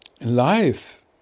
Life